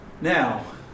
Now